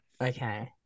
Okay